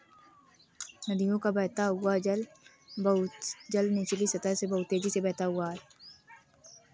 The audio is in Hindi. नदियों का बहता हुआ जल निचली सतह पर बहुत तेजी से बहता है